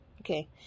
okay